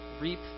reap